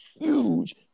huge